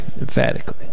emphatically